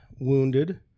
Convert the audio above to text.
wounded